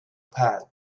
pad